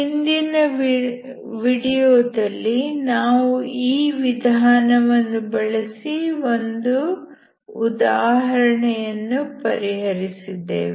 ಹಿಂದಿನ ವಿಡಿಯೋದಲ್ಲಿ ನಾವು ಈ ವಿಧಾನವನ್ನು ಬಳಸಿ ಒಂದು ಉದಾಹರಣೆಯನ್ನು ಪರಿಹರಿಸಿದ್ದೇವೆ